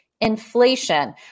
inflation